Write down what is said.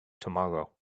tomorrow